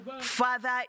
Father